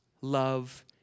love